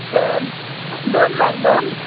ना ना दोन लाख दोन